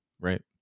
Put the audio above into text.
right